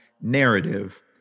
narrative